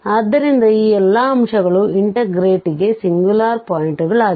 ಆದ್ದರಿಂದ ಈ ಎಲ್ಲಾ ಅಂಶಗಳು ಇಂಟಿಗ್ರೇಟ್ಗೆ ಸಿಂಗ್ಯುಲಾರ್ ಪಾಯಿಂಟ್ ಗಳಾಗಿವೆ